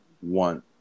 One